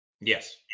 Yes